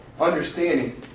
understanding